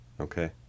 Okay